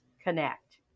connect